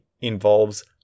involves